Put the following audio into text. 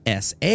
SA